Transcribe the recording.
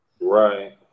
Right